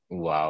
Wow